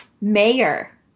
mayor